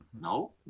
No